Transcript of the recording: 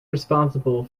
responsible